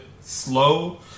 slow